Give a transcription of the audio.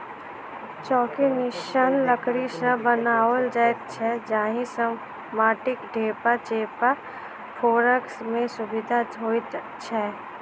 चौकी निस्सन लकड़ी सॅ बनाओल जाइत छै जाहि सॅ माटिक ढेपा चेपा फोड़य मे सुविधा होइत छै